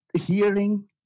hearing